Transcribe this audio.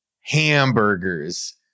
hamburgers